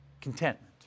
contentment